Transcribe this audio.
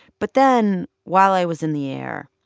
but then while i was in the air,